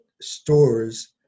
stores